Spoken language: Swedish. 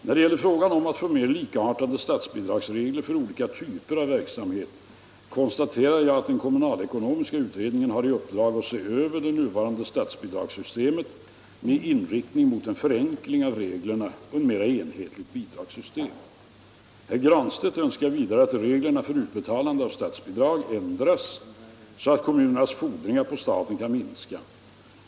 När det gäller frågan om att få mer likartade statsbidragsregler för olika typer av verksamhet konstaterar jag att den kommunalekonomiska utredningen har i uppdrag att se över det nuvarande statsbidragssystemet med inriktning mot en förenkling av reglerna och ett mera enhetligt bidragssystem. Herr Granstedt önskar vidare att reglerna för utbetalande av statsbidrag ändras så att kommunernas fordringar på staten kan minska.